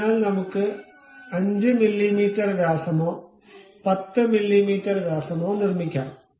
അതിനാൽ നമുക്ക് 5 മില്ലീമീറ്റർ വ്യാസമോ 10 മില്ലീമീറ്റർ വ്യാസമോ നിർമ്മിക്കാം